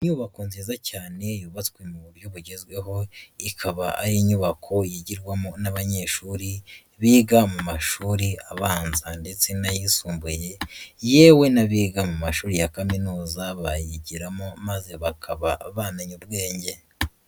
Inyubako nziza cyane yubatswe mu buryo bugezweho, ikaba ari inyubako yigirwamo n'abanyeshuri biga mu mashuri abanza ndetse n'ayisumbuye, yewe n'abiga mu mashuri ya kaminuza bayigiramo maze bakaba bamenye ubwenge.